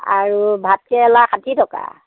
আৰু ভাতকেৰেলা ষাঠি টকা